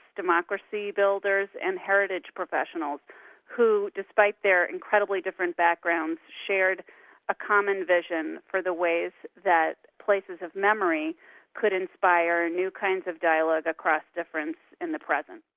democracy builders, and heritage professionals who despite their incredibly different backgrounds, backgrounds, shared a common vision for the ways that places of memory could inspire new kinds of dialogue across difference in the present.